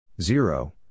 Zero